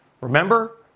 Remember